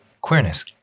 queerness